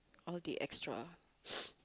all the extras